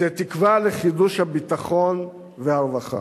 זו תקווה לחידוש הביטחון והרווחה.